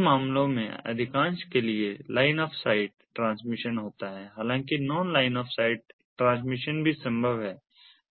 इन मामलों में से अधिकांश के लिए लाइन आफ साइट ट्रांसमिशन होता है हालांकि non line of sight transmission भी संभव है